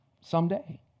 Someday